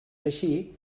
així